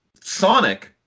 Sonic